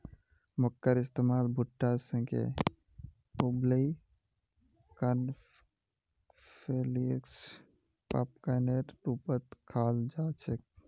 मक्कार इस्तमाल भुट्टा सेंके उबलई कॉर्नफलेक्स पॉपकार्नेर रूपत खाल जा छेक